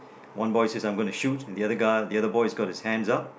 one boy says I'm gonna shoot and the other guy the other boy has got his hands up